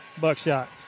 Buckshot